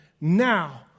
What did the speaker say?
Now